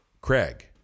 Craig